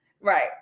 right